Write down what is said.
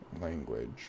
language